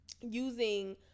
using